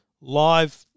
live